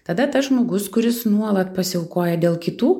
tada tas žmogus kuris nuolat pasiaukoja dėl kitų